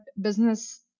business